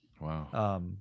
Wow